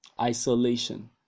Isolation